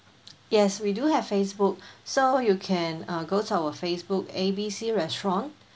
yes we do have Facebook so you can uh go to our Facebook A B C restaurant